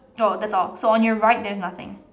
oh that's all so on your right there's nothing